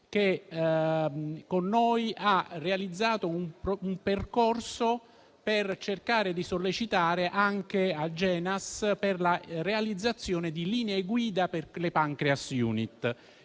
che con noi ha realizzato un percorso per cercare di sollecitare Agenas alla realizzazione di linee guida per le Pancreas Unit.